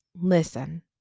Listen